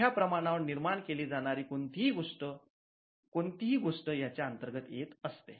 मोठ्या प्रमाणावर निर्माण केली जाणारी कोणतीही गोष्ट याच्या अंतर्गत येत असते